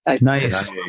Nice